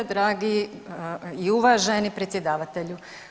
Dragi i uvaženi predsjedavatelju.